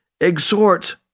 exhort